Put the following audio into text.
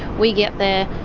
we get there,